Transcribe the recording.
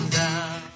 down